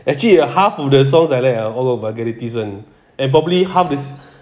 actually half of the songs I like ah all of vulgarities one and probably half is